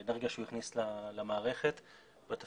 האנרגיה שהוא הכניס למערכת בתפקיד.